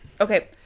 Okay